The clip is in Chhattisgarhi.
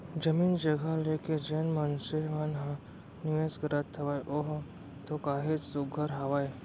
जमीन जघा लेके जेन मनसे मन ह निवेस करत हावय ओहा तो काहेच सुग्घर हावय